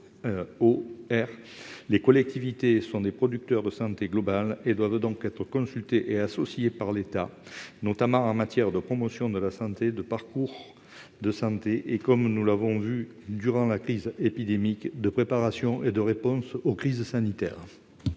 les collectivités sont des productrices de santé globale et doivent donc être consultées et associées par l'État, notamment en matière de promotion de la santé, de parcours de santé et, comme nous l'avons vu durant la crise épidémique, de préparation et de réponse aux crises sanitaires.